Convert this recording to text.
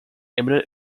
imminent